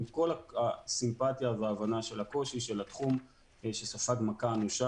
עם כל הסימפטיה וההבנה את הקושי של התחום שספג מכה קשה,